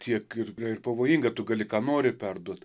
tiek ir ir pavojinga tu gali ką nori perduot